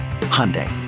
Hyundai